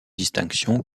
distinctions